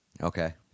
Okay